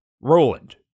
Roland